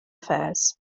affairs